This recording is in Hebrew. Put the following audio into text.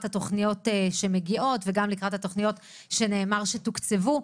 התוכניות שמגיעות ולקראת התוכניות שנאמר שתוקצבו.